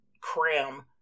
cram